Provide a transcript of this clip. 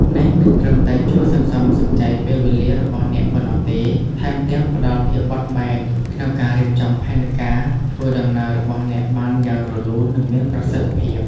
នេះមិនត្រឹមតែជួយសន្សំសំចៃពេលវេលារបស់អ្នកប៉ុណ្ណោះទេ ថែមទាំងផ្តល់ភាពបត់បែនក្នុងការរៀបចំផែនការធ្វើដំណើររបស់អ្នកបានយ៉ាងរលូន និងមានប្រសិទ្ធភាព។